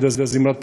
יהודה זמרת,